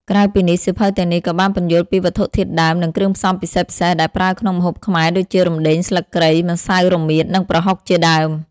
ក្រៅពីនេះ សៀវភៅទាំងនេះក៏បានពន្យល់ពី វត្ថុធាតុដើម និងគ្រឿងផ្សំពិសេសៗ ដែលប្រើក្នុងម្ហូបខ្មែរដូចជា រំដេង ស្លឹកគ្រៃ ម្សៅរមៀត និងប្រហុក ជាដើម។